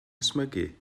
ysmygu